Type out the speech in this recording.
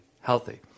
healthy